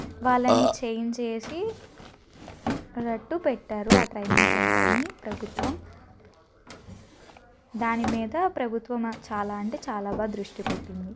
వాళ్ళని చేంజ్ చేసి రట్టు పెట్టారు ఆ ట్రైనింగ్ సెంటర్ని ప్రభుత్వం దాని మీద ప్రభుత్వం చాలా అంటే చాలా బాగా దృష్టి పెట్టింది